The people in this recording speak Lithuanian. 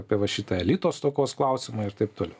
apie va šitą elito stokos klausimą ir taip toliau